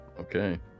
okay